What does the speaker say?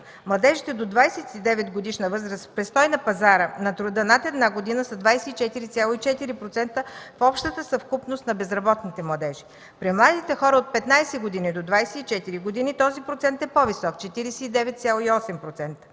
Младежите до 29-годишна възраст с престой на пазара на труда над една година са 24,4% в общата съвкупност на безработните младежи. При младите хора от 15 до 24 години този процент е по-голям – 49,8%.